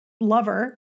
lover